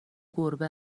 گربه